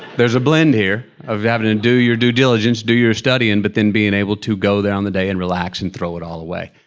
there's a blend here of having to and do your due diligence, do your studying but then being able to go down the day and relax and throw it all away.